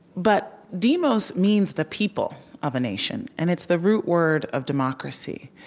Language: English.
but demos means the people of a nation, and it's the root word of democracy.